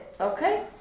okay